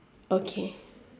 okay